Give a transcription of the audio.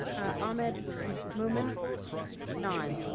ahmed millman nine.